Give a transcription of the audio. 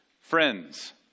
friends